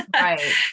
Right